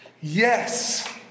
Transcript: Yes